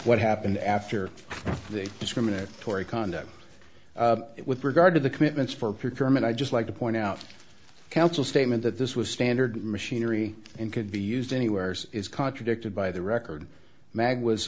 what happened after the discriminatory condo with regard to the commitments for pure term and i just like to point out counsel statement that this was standard machinery and could be used anywhere is contradicted by the record mag was